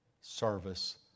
service